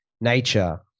nature